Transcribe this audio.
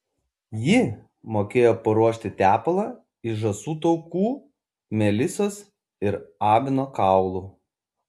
ji mokėjo paruošti tepalą iš žąsų taukų melisos ir avino kaulų